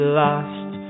lost